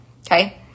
Okay